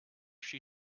she